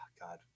God